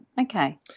Okay